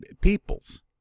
peoples